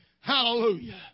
Hallelujah